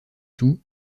tout